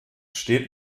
steht